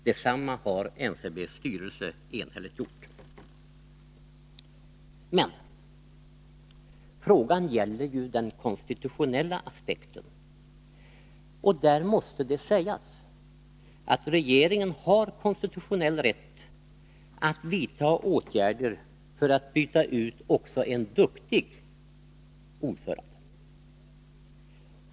Detsamma har NCB:s styrelse enhälligt gjort. Men frågan gällde ju den konstitutionella aspekten, och där måste det sägas att regeringen har konstitutionell rätt att vidta åtgärder för att byta ut också en duktig ordförande.